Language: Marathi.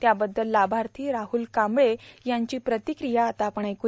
त्याबद्दल लाभार्था राहूल कांबळे यांची प्र्रातक्रिया आता आपण ऐक्या